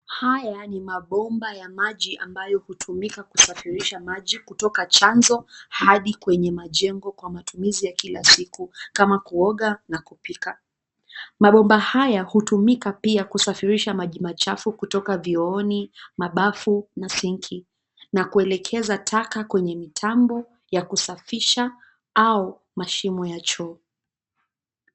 Haya ni mabomba ya maji ambayo hutumika kusafirisha maji kutoka chanzo hadi kwenye majengo kwa matumizi ya kila siku kama kuoga na kupika. Mabomba haya hutumika pia kusafirisha maji machafu kutoka vyooni, mabafu na sinki na kuelekeza taka kwenye mitambo ya kusafisha au mashimo ya choo.